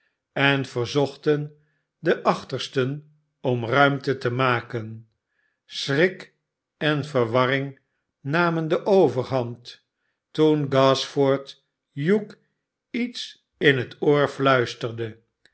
en verzochten de achtersten om ruimte te maken schrik en verwarring namen de overhand toen gashford hugh iets in het oor fluisterde